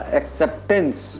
acceptance